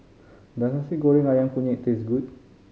does Nasi Goreng Ayam Kunyit taste good